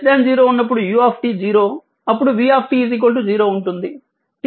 t 0 ఉన్నప్పుడు u 0 అప్పుడు v 0 ఉంటుంది